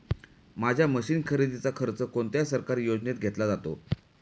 माझ्या मशीन खरेदीचा खर्च कोणत्या सरकारी योजनेत घेतला जातो?